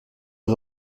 aux